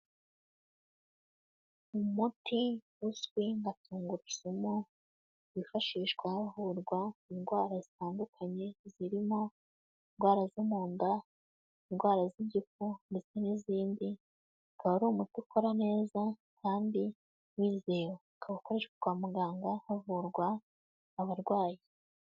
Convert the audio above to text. Umuti uzwi nka tungurusumu wifashishwa havurwa indwara zitandukanye, zirimo indwara zo mu nda, indwara z'igifu ndetse n'izindi, ukaba ari umuti ukora neza kandi wizewe, ukaba ukoresha kwa muganga havurwa abarwayi.